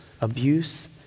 abuse